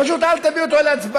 פשוט אל תביא אותו להצבעה,